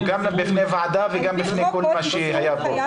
גם בפני הוועדה וגם בפני כל מי שהיה פה.